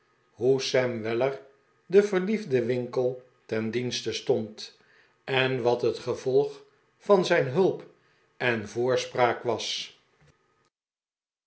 weller den verliefden winkle ten dienste stond en wat het gevolg van zijn hulp en voorspraak was